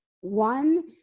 one